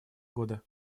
года